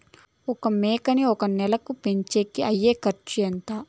ఒక మేకని ఒక నెల పెంచేకి అయ్యే ఖర్చు ఎంత?